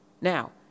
Now